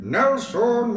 Nelson